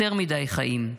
יותר מדי חיים.